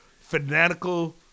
fanatical